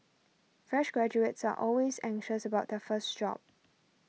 fresh graduates are always anxious about their first job